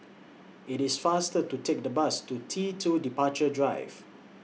IT IS faster to Take The Bus to T two Departure Drive